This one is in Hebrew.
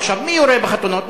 עכשיו, מי יורה בחתונות?